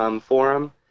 forum